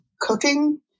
cooking